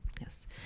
Yes